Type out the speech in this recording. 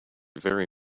very